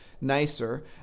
nicer